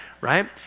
right